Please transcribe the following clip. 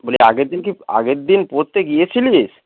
বলি আগের দিন কি আগের দিন পড়তে গিয়েছিলিস